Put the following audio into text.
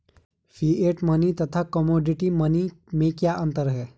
Fiat money तथा commodity money में क्या अंतर है?